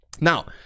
Now